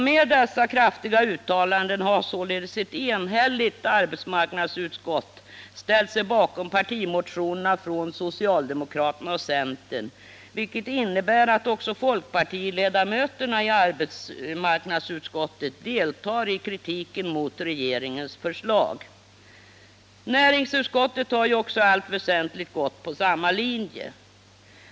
Med dessa kraftiga uttalanden har således ett enhälligt arbetsmarknadsutskott ställt sig bakom partimotionerna från socialdemokraterna och centern, vilket innebär att också folkpartiledamöterna i arbetsmarknadsutskottet deltar i kritiken mot regeringens förslag. Näringsutskottet har ju också i allt väsentligt gått på samma linje.